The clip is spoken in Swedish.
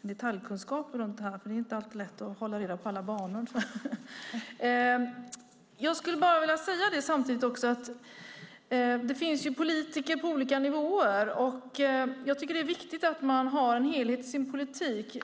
detaljkunskap om dem för det är inte alltid rätt att hålla reda på alla banor. Det finns ju politiker på olika nivåer, och det är viktigt att man har en helhetssyn i sin politik.